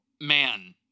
Man